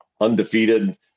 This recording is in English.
undefeated